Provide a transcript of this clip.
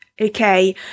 Okay